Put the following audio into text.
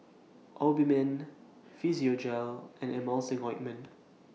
Obimin Physiogel and Emulsying Ointment